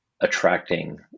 attracting